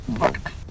work